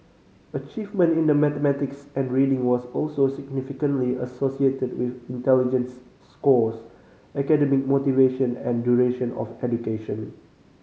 achievement in the mathematics and reading was also significantly associated with intelligence scores academic motivation and duration of education